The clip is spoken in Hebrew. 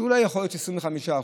שאולי יכול להיות שהם 25%,